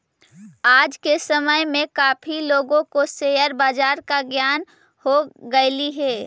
आज के समय में काफी लोगों को शेयर बाजार का ज्ञान हो गेलई हे